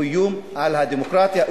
הוא איום על הדמוקרטיה,